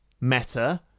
Meta